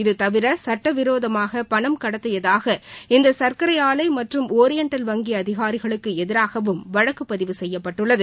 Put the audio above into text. இது தவிர சுட்டவிரோதமாக பணம் கடத்தியதாக இந்த சா்க்கரை ஆலை மற்றம் ஒரியண்டல் வங்கி அதிகாரிகளுக்கு எதிராகவும் வழக்கு பதவு செய்யப்பட்டுள்ளது